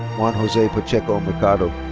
juan jose pacheco-mercado.